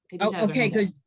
Okay